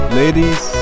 ladies. (